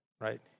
Right